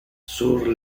sur